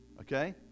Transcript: okay